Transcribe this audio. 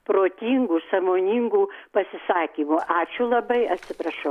protingų sąmoningų pasisakymų ačiū labai atsiprašau